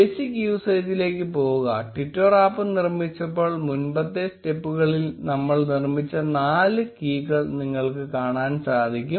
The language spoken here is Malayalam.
ബേസിക് യൂസേജിലേക്ക് പോവുക ട്വിറ്റെർ ആപ്പ് നിർമിച്ചപ്പോൾ മുൻപത്തെ സ്റ്റെപ്പു കളിൽ നമ്മൾ നിർമിച്ച നാല് കീകൾ നിങ്ങൾക്ക് കാണാൻ സാധിക്കും